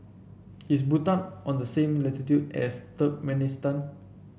is Bhutan on the same latitude as Turkmenistan